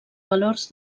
valors